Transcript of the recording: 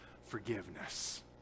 forgiveness